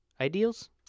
Ideals